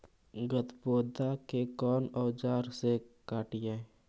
गत्पोदा के कौन औजार से हटायी?